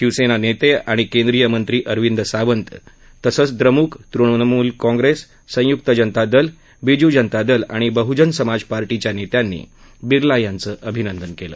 शिवसेने नेते आणि केंद्रीय मंत्री अरविंद सावंत तसंच द्रमुक तृणमुल काँप्रेस संयुक्त जनता दल बीजू जनता दल आणि बहूजन समाज पार्टीच्या नेत्यांनी बिर्ला यांचं अभिनंदन केलं